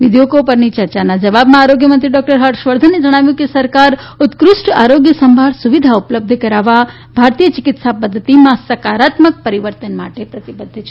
વિધેયકો પરની ચર્ચાના જવાબમાં આરોગ્યમંત્રી ડોક્ટર હર્ષવર્ધને જણાવ્યું કે સરકાર ઉત્ફષ્ટ આરોગ્ય સંભાળ સુવિધા ઉપલબ્ધ કરાવવા ભારતીય ચિકિત્સા પધ્ધતિમાં સકારાત્મક પરિવર્તન માટે પ્રતિબધ્ધ છે